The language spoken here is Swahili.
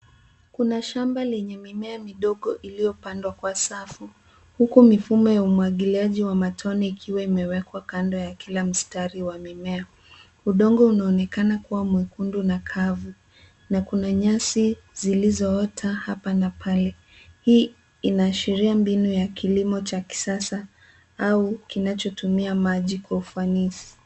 Kina lenye mimea midogo iloyopandwa kwa safu huku mifumo ya umwangiliaji wa matone ikiwa imewekwa kando ya kila mstari wa mimea. Udongo unaonekana kuwa mwekundu na kavu na kuna nyasi zilozoota hapa na pale. Hii inaashiria mbinu ya kilimo cha kisasa au kinachotumia maji kwa ufanisi.